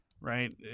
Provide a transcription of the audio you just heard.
right